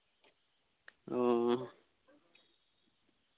ᱚ